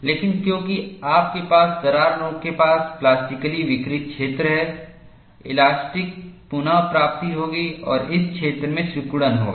लेकिन क्योंकि आपके पास दरार नोक के पास प्लास्टिकली विकृत क्षेत्र है इलास्टिक पुनः प्राप्ति होगी और इस क्षेत्र में सिकुड़न होगा